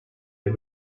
had